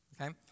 okay